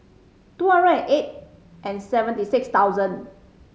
two zero eight and seventy six thousand